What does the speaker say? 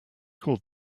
called